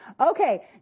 okay